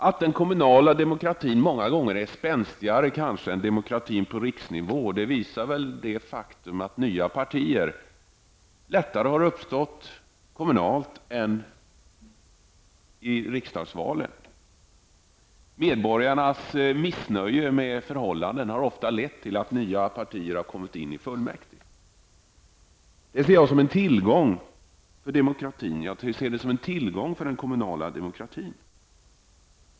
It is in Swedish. Att den kommunala demokratin många gånger kan vara spänstigare än demokratin på riksnivå framgår väl av det faktum att nya partier lättare har uppstått i kommunala val än i riksdagsval. Medborgarnas missnöje med rådande förhållanden har ofta lett till att nya partier har kommit in i fullmäktige. Detta ser jag som en tillgång för den kommunala demokratin.